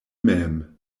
mem